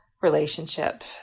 relationship